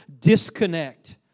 disconnect